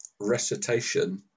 recitation